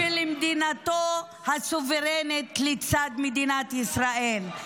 -- לעצמאות, ולמדינתו הסוברנית לצד מדינת ישראל.